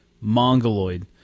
mongoloid